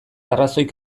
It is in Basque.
arrazoik